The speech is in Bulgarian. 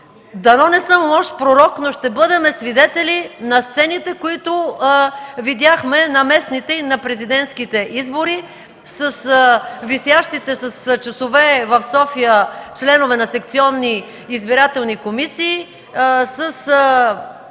Дано не съм лош пророк, но ще бъдем свидетели на сцените, които видяхме на местните и президентските избори с висящите с часове в София членове на секционни избирателни комисии,